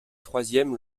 troisième